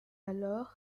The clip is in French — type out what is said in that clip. alors